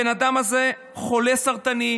הבן אדם הזה חולה סרטן,